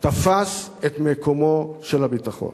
תפס את מקומו של הביטחון.